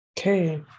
Okay